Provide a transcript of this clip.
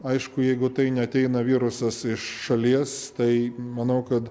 aišku jeigu tai neateina virusas iš šalies tai manau kad